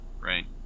right